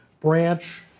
branch